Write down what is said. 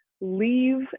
leave